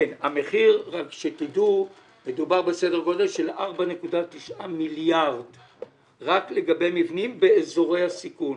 מדובר בסדר גודל של 4.9 מיליארד שקלים רק לגבי מבנים באזורי הסיכון.